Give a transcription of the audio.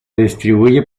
distribuye